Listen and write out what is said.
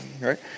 Right